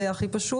זה יהיה הכי פשוט.